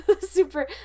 Super